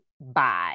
bye